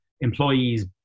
employees